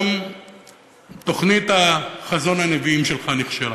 גם תוכנית "חזון הנביאים" שלך נכשלה.